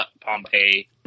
Pompeii